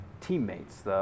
teammates